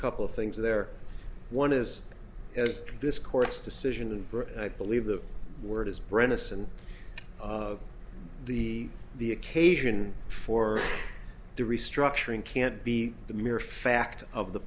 couple of things there one is as this court's decision and believe the word is brenna some of the the occasion for the restructuring can't be the mere fact of the